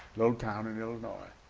little town in illinois,